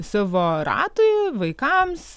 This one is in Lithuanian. savo ratui vaikams